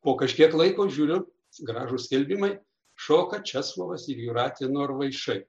po kažkiek laiko žiūriu gražūs skelbimai šoka česlovas ir jūratė norvaišai